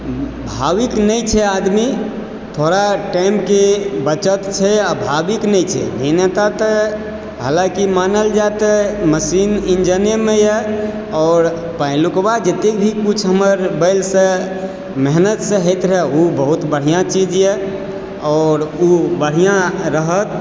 भाविक नहि छै आदमी थोड़ा टाइमके बचत छै आ भाविक नहि छै भिन्नता तऽ हालाँकि मानल जाए तऽ मशीन इंजनेमऽ यऽ आओर पहिलुकबा जतेक भी कुछ हमर बैलसँ मेहनतसँ होयत रहऽ ओ बहुत बढिआँ चीज यऽ आओर ओ बढिआँ रहत